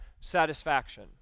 satisfaction